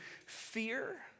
fear